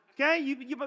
Okay